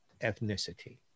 ethnicity